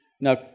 Now